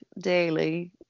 daily